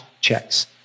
checks